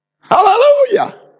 Hallelujah